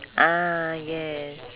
ah yes